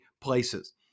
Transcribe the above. places